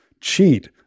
cheat